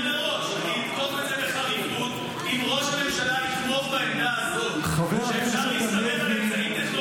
אם ראש הממשלה יתמוך בעמדה הזו --- חבר הכנסת הלוי.